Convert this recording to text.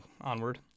onward